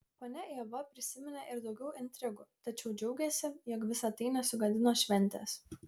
ponia ieva prisiminė ir daugiau intrigų tačiau džiaugėsi jog visa tai nesugadino šventės